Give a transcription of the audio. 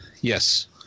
Yes